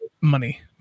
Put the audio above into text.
money